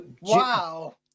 Wow